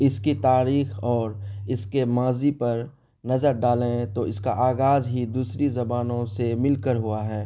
اس کی تاریخ اور اس کے ماضی پر نظر ڈالیں تو اس کا آغاز ہی دوسری زبانوں سے مل کر ہوا ہے